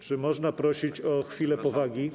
Czy można prosić o chwilę powagi?